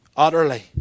Utterly